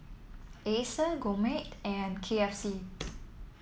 Acer Gourmet and K F C